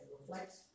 reflects